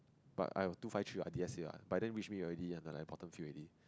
but I were two five three what D_S_A what but then which me already in like the bottom few already